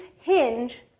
hinge